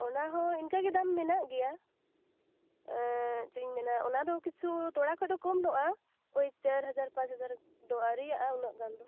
ᱚᱱᱟ ᱦᱚᱸ ᱤᱱᱠᱟᱹ ᱜᱮ ᱰᱟᱢ ᱢᱮᱱᱟᱜ ᱜᱮᱭᱟ ᱪᱮᱫ ᱤᱧ ᱢᱮᱱᱟ ᱚᱱᱟᱫᱚ ᱠᱤᱪᱷᱩ ᱛᱚᱲᱟ ᱠᱷᱚᱡ ᱫᱚ ᱠᱚᱢ ᱧᱚᱜᱼᱟ ᱳᱭ ᱪᱟᱨ ᱦᱟᱡᱟᱨ ᱯᱟᱸᱪ ᱦᱟᱡᱟᱨ ᱫᱚ ᱟᱹᱣᱨᱤᱭᱟᱜᱼᱟ ᱩᱱᱟᱹᱜ ᱜᱟᱱ ᱫᱚ